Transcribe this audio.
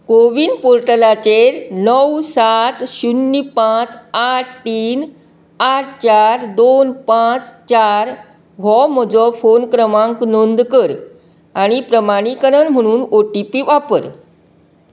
कोविन पोर्टलाचेर णव सात शुन्य पांच आठ तीन आठ चार दोन पांच चार हो म्हजो फोन क्रमांक नोंद कर आनी प्रमाणीकरण म्हुणून ओ टी पी वापर